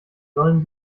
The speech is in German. sollen